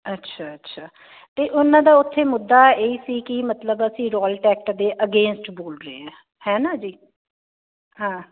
ਅੱਛਾ ਅੱਛਾ ਤੇ ਉਹਨਾਂ ਦਾ ਉੱਥੇ ਮੁੱਦਾ ਇਹੀ ਸੀ ਕੀ ਮਤਲਵ ਅਸੀਂ ਰੋਲ ਐਕਟ ਦੇ ਅਗੇਂਨਸਟ ਬੋਲ ਰਹੇ ਆ ਹੈਨਾ ਜੀ ਹਾਂ